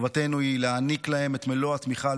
חובתנו היא להעניק להם את מלוא התמיכה על